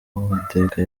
amateka